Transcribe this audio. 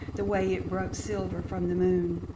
the way it broke silver from the moon,